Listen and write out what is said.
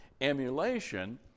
emulation